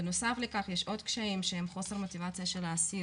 בנוסף לכך יש עוד קשיים שזה חוסר מוטיבציה של האסיר